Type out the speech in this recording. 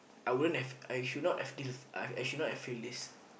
I wouldn't have I should not have I should not have feelings